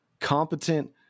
competent